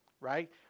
Right